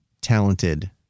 talented